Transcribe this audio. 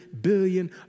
billion